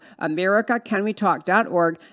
AmericaCanWeTalk.org